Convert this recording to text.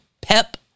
pep